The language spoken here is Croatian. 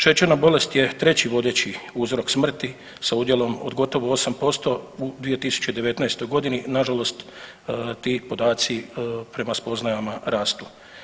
Šećerna bolest je treći vodeći uzrok smrti sa udjelom od gotovo 8% u 2019.g., nažalost ti podaci prema spoznajama rastu.